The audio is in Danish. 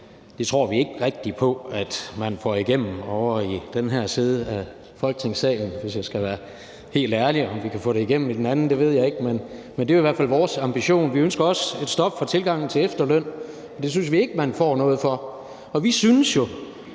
Det tror vi ikke rigtig på at man får igennem ovre i den her side af Folketingssalen, hvis jeg skal være helt ærlig. Om vi kan få det igennem i den anden, ved jeg ikke, men det er i hvert fald vores ambition. Vi ønsker også et stop for tilgangen til efterløn; det synes vi ikke man får noget for. Og vi synes jo